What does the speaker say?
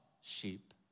sheep